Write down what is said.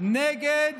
נגד